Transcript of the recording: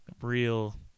Real